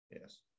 Yes